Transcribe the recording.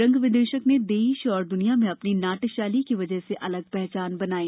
रंग विद्षक ने देश और द्रनिया में अपनी नाट्य शैली की वजह से अलग पहचान बनाई